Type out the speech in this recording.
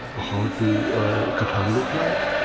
how do catan look like?